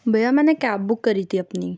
بھیا میں نے کیب بک کری تھی اپنی